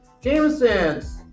Jameson's